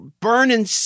burning